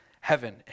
heaven